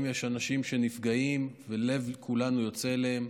יש אנשים שנפגעים לב כולנו יוצא אליהם,